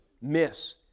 miss